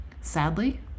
Sadly